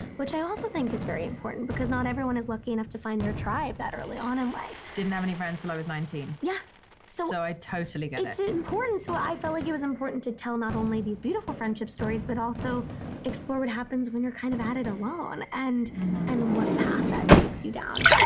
which i also think is very important because not everyone is lucky enough to find their tribe that early on in life didn't have any friends till i was nineteen point yeah so i totally get it it's important. so i felt like it was important to tell not only these beautiful friendship stories, but also explore what happens when you're kind of at it alone and and what path that takes you down.